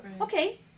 Okay